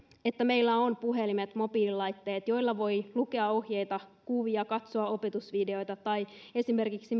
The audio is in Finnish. että meillä on puhelimet mobiililaitteet joilla voi lukea ohjeita katsoa kuvia opetusvideoita tai esimerkiksi